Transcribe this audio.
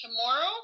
tomorrow